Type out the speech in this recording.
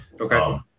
Okay